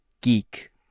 geek